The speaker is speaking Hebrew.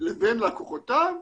לבין לקוחותיו,